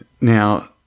Now